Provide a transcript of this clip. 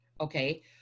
Okay